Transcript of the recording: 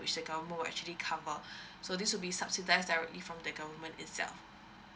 which government would actually cover so this would be subsidised directly from the government itself